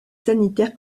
sanitaires